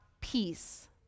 peace